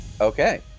Okay